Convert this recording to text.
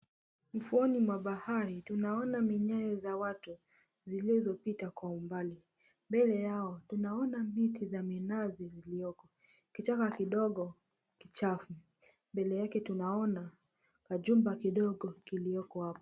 Ufuoni mwa bahari tunaona minyayo ya watu zinazopita kwa umbali, mbele yao tunaona miti za minazi ziliyoko kichaka kidogo kichafu, mbele yake tunaona jumba kidogo kilio hapo.